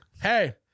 Hey